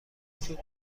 توپ